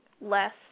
less